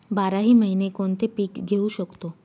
बाराही महिने कोणते पीक घेवू शकतो?